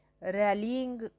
rallying